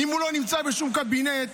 אם הוא לא נמצא בשום קבינט,